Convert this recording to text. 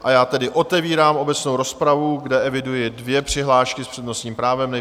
A já tedy otevírám obecnou rozpravu, kde eviduji dvě přihlášky s přednostním právem.